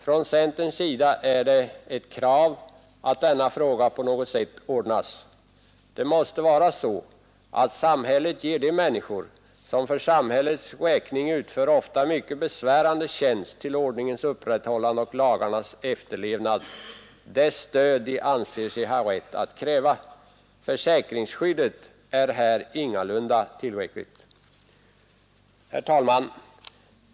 Från centerns sida är det ett krav att denna fråga på något sätt ordnas. Det måste vara så att samhället ger de människor, som för dess räkning utför en ofta mycket besvärande tjänst till ordningens upprätthållande och lagarnas efterlevnad, det stöd de anser sig ha rätt att kräva. Försäkringsskyddet är här ingalunda tillräckligt. Herr talman!